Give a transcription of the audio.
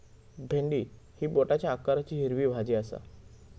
भेंडी ही बोटाच्या आकाराची हिरवी भाजी आसा